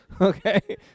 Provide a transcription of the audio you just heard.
Okay